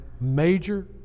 major